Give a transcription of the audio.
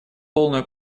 полную